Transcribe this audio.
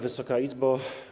Wysoka Izbo!